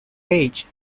age